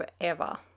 forever